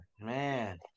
Man